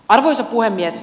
arvoisa puhemies